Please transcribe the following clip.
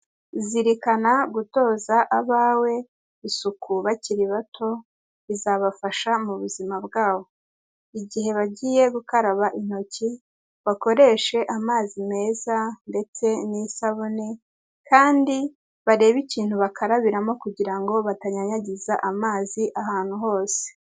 Zirikana gutoza abawe isuku bakiri bato bizabafasha mu buzima bwabo, igihe bagiye gukaraba intoki bakoreshe amazi meza ndetse n'isabune kandi barebe ikintu bakarabiramo kugira ngo batanyanyagiza amazi ahantu hose.